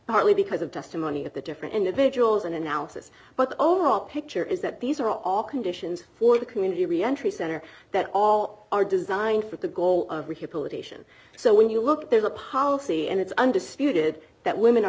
partly because of testimony of the different individuals in analysis but the overall picture is that these are all conditions for the community reentry center that all are designed for the goal of rehabilitation so when you look there's a policy and it's undisputed that women are